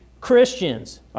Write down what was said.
Christians